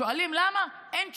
שואלים למה, אין תשובה.